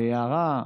ביערה,